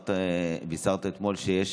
בישרת אתמול שיש